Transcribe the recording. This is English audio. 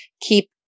keep